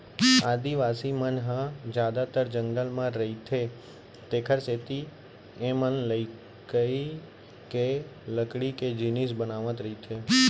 आदिवासी मन ह जादातर जंगल म रहिथे तेखरे सेती एमनलइकई ले लकड़ी के जिनिस बनावत रइथें